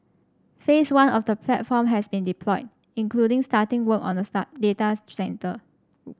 phase one of the platform has been deployed including starting work on a start datas centre